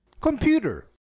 Computer